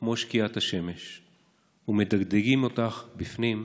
כמו שקיעת שמש / ומדגדגים אותך בפנים.